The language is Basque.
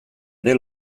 ere